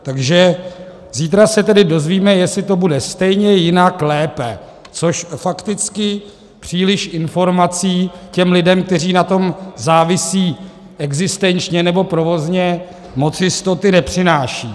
Takže zítra se tedy dozvíme, jestli to bude stejně, jinak, lépe, což fakticky příliš informací těm lidem, kteří na tom závisí existenčně nebo provozně, moc jistoty nepřináší.